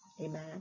Amen